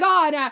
God